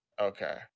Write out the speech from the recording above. Okay